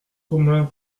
commun